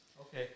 Okay